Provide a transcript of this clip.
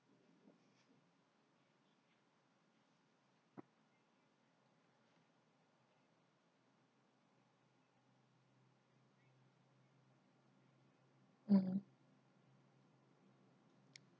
mm